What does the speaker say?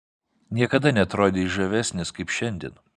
niekada neatrodei žavesnis kaip šiandien